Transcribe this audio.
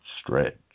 Stretch